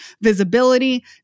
visibility